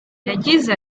yagize